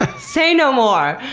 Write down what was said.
say no more!